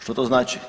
Što to znači?